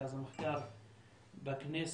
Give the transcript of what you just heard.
מרכז המחקר בכנסת,